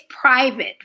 private